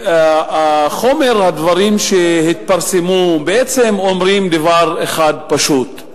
החומר, הדברים שהתפרסמו בעצם אומרים דבר אחד פשוט: